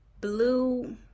blue